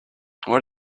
are